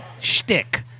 shtick